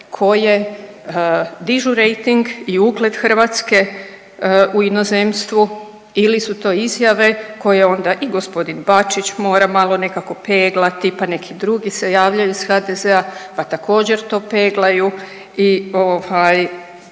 koje dižu rejting i ugled Hrvatske u inozemstvu ili su to izjave koje onda i gospodin Bačić mora malo nekako peglati, pa neki drugi se javljaju iz HDZ-a pa također to peglaju i ovaj